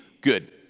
Good